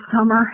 summer